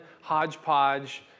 hodgepodge